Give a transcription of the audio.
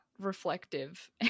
reflective